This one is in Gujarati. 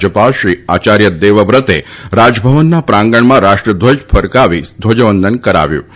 રાજ્યપાલ શ્રી આચાર્ય દેવવ્રતે રાજભવનના પ્રાંગણમાં રાષ્ટ્રધ્વજ ફરકાવી ધ્વજવંદન કર્યું હતું